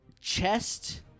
chest